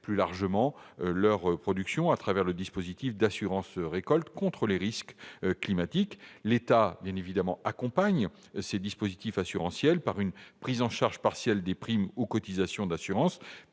plus largement leurs productions, à travers le dispositif d'assurance récolte contre les risques climatiques. L'État accompagne ces dispositifs assurantiels par une prise en charge partielle des primes ou cotisations d'assurance